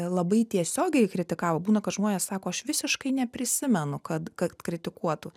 labai tiesiogiai kritikavo būna kad žmonės sako aš visiškai neprisimenu kad kad kritikuotų